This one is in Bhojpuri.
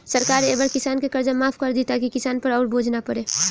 सरकार ए बार किसान के कर्जा माफ कर दि ताकि किसान पर अउर बोझ ना पड़े